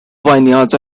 vineyards